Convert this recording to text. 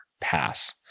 pass